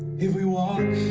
if we walk